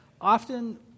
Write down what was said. often